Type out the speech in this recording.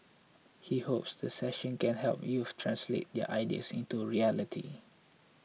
he hopes the session can help youths translate their ideas into reality